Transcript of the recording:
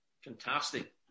fantastic